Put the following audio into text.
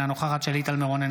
אינה נוכחת שלי טל מירון,